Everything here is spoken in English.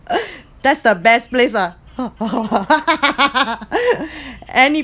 that's the best place lah any